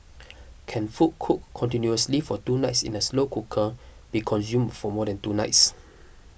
can food cooked continuously for two nights in a slow cooker be consumed for more than two nights